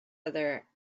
other